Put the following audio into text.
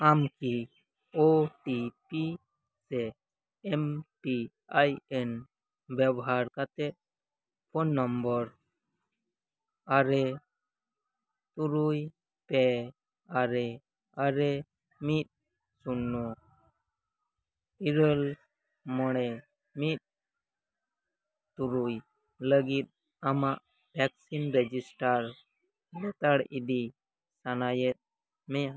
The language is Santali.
ᱟᱢᱠᱤ ᱳ ᱴᱤ ᱯᱤ ᱥᱮ ᱮᱢ ᱯᱤ ᱟᱭ ᱮᱱ ᱵᱮᱵᱚᱦᱟᱨ ᱠᱟᱛᱮᱫ ᱯᱷᱳᱱ ᱱᱚᱢᱵᱟᱨ ᱟᱨᱮ ᱛᱩᱨᱩᱭ ᱯᱮ ᱟᱨᱮ ᱟᱨᱮ ᱢᱤᱫ ᱥᱩᱱᱱᱚ ᱤᱨᱟᱹᱞ ᱢᱚᱬᱮ ᱢᱤᱫ ᱛᱩᱨᱩᱭ ᱞᱟᱹᱜᱤᱫ ᱟᱢᱟᱜ ᱵᱷᱮᱠᱥᱤᱱ ᱨᱮᱡᱤᱥᱴᱟᱨ ᱞᱮᱛᱟᱲ ᱤᱫᱤ ᱥᱟᱱᱟᱭᱮᱫ ᱢᱮᱭᱟ